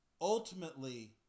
ultimately